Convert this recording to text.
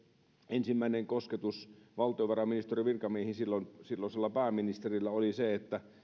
ensimmäinen kosketus valtiovarainministeriön virkamiehiin silloisella pääministerillä oli se että